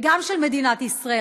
וגם של מדינת ישראל,